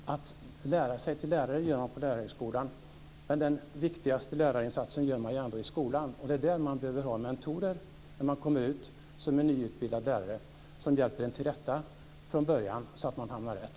Att lära sig till lärare gör man på lärarhögskolan. Men den viktigaste lärarinsatsen gör man ändå i skolan. Därför behöver man ha mentorer när man kommer ut som nyutbildad lärare som hjälper en till rätta från början så att man hamnar rätt.